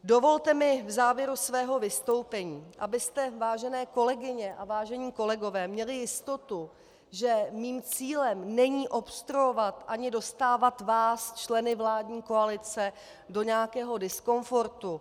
Dovolte mi v závěru svého vystoupení, abyste, vážené kolegyně a vážení kolegové, měli jistotu, že mým cílem není obstruovat ani dostávat, vás členy vládní koalice, do nějakého diskomfortu.